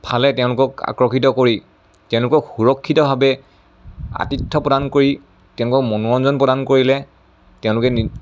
ফালে তেওঁলোকক আকৰ্ষিত কৰি তেওঁলোকক সুৰক্ষিতভাৱে আতিথ্য প্ৰদান কৰি তেওঁলোকক মনোৰঞ্জন প্ৰদান কৰিলে তেওঁলোকে নি